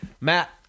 Matt